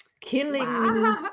killing